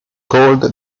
cold